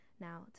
Now